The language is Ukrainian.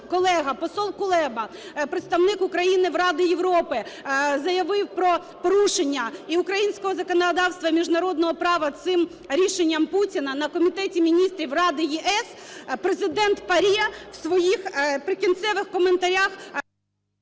колега посол Кулеба, представник України в Раді Європи, заявив про порушення і українського законодавства, і міжнародного права цим рішенням Путіна, на Комітеті міністрів Ради ЄС Президент ПАРЄ в своїх прикінцевих коментарях…